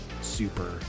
Super